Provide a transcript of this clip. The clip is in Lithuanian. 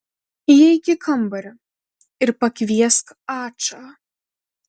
įeik į kambarį ir pakviesk ačą